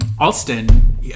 Alston